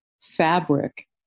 fabric